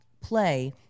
play